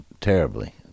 terribly